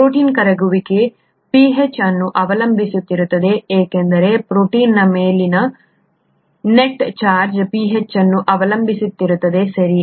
protein ಕರಗುವಿಕೆಯು pH ಅನ್ನು ಅವಲಂಬಿಸಿರುತ್ತದೆ ಏಕೆಂದರೆ ಪ್ರೋಟೀನ್ನ ಮೇಲಿನ ನೆಟ್ ಚಾರ್ಜ್ pH ಅನ್ನು ಅವಲಂಬಿಸಿರುತ್ತದೆ ಸರಿ